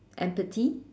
empathy